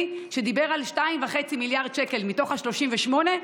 שדיבר על 2.5 מיליארד שקל מתוך ה-38,